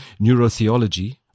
neurotheology